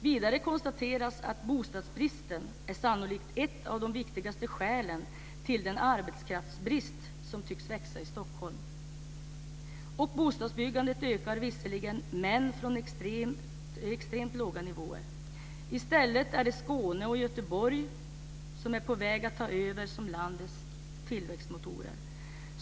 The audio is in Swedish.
Vidare konstateras det: "Bostadsbristen är sannolikt ett av de viktigaste skälen till den arbetskraftsbrist som tycks växa i Stockholm." Bostadsbyggandet ökar visserligen, men från extremt låga nivåer. "I stället är Skåne och Göteborg på väg att ta över som landets tillväxtmotorer.